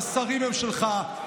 והשרים הם שלך,